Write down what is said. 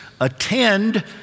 attend